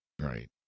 Right